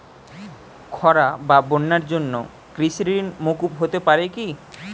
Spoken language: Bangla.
খরা বা বন্যার জন্য কৃষিঋণ মূকুপ হতে পারে কি?